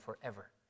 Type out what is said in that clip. forever